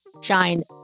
shine